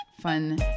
fun